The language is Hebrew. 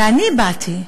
ואני אמרתי: